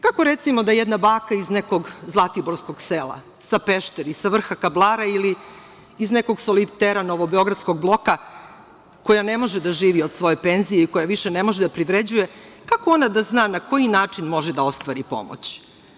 Kako, recimo, da jedna baka iz nekog zlatiborskog sela, sa Pešteri, sa vrha Kablara, ili iz nekog solitera novobeogradskog bloka, koja ne može da živi od svoje penzije i koja više ne može da privređuje, kako ona da zna na koji način može da ostvari pomoć.